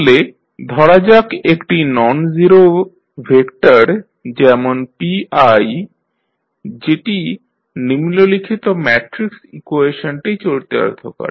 তাহলে ধরা যাক একটি ননজিরো ভেক্টর যেমন pi যেটি নিম্নলিখিত ম্যাট্রিক্স ইকুয়েশনটি চরিতার্থ করে